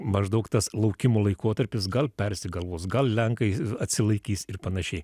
maždaug tas laukimo laikotarpis gal persigalvos gal lenkai atsilaikys ir panašiai